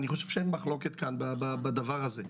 אני חושב שאין מחלוקת כאן בדבר הזה.